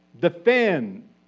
defend